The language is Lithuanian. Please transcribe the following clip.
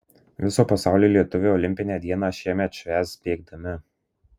viso pasaulio lietuviai olimpinę dieną šiemet švęs bėgdami